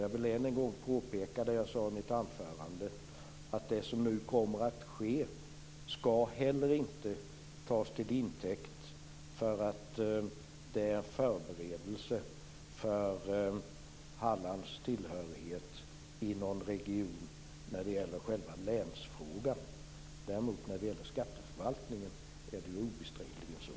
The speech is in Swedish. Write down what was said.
Jag vill än en gång påpeka det som jag sade i mitt anförande, att det som nu kommer att ske inte heller skall tas till intäkt för att det rör sig om en förberedelse för Hallands tillhörighet till någon region när det gäller själva länsfrågan. Däremot är det obestridligen så när det gäller skatteförvaltningen.